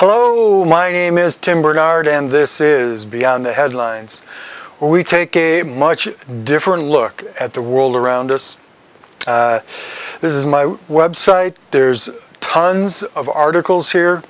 hello my name is tim bernard and this is beyond the headlines we take a much different look at the world around us this is my website there's tons of articles here